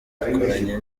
bayikoranye